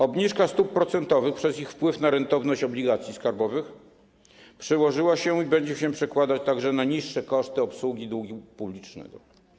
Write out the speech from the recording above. Obniżka stóp procentowych przez ich wpływ na rentowność obligacji skarbowych przełożyła się i będzie się przekładać także na niższe koszty obsługi długu publicznego.